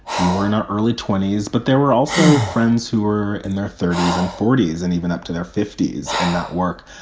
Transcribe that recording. we were in our early twenty s, but there were also friends who were in their thirty s and forty s and even up to their fifty s. and that work,